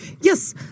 Yes